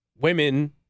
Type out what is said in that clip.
women